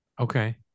Okay